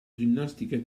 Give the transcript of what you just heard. ginnastica